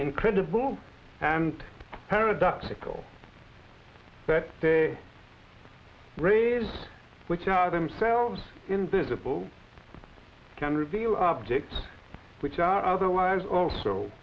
incredible and paradoxical that raised which are themselves invisible can reveal objects which are otherwise also